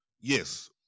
yes –